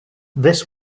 this